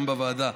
גם בוועדה.